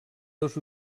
dos